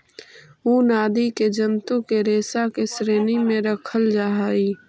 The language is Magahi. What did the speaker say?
ऊन आदि के जन्तु के रेशा के श्रेणी में रखल जा हई